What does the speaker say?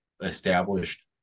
established